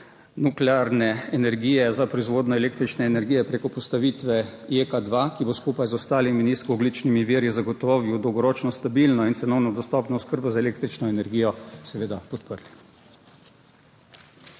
nuklearne energije za proizvodnjo električne energije preko postavitve Jek 2, ki bo skupaj z ostalimi nizkoogljičnimi viri zagotovil dolgoročno stabilno in cenovno dostopno oskrbo z električno energijo, seveda podprli.